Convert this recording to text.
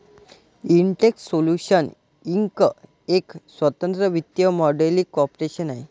Intex Solutions Inc एक स्वतंत्र वित्तीय मॉडेलिंग कॉर्पोरेशन आहे